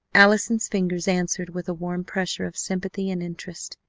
allison's fingers answered with a warm pressure of sympathy and interest.